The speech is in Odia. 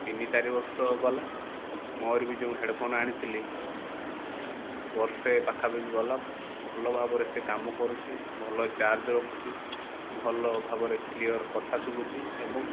ତିନି ଚାରି ବର୍ଷ ଗଲା ମୋର ବି ଯୋଉଁ ହେଡ଼୍ଫୋନ୍ ଆଣିଥିଲି ବର୍ଷେ ପାଖା ପାଖି ଗଲା ଭଲ ଭାବରେ ସେ କାମ କରୁଛି ଭଲ ଚାର୍ଜ ରଖୁଛି ଭଲ ଭାବରେ କ୍ଳିୟର୍ କଥା ଶୁଭୁଛି ଏବଂ